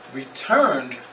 returned